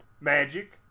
magic